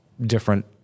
different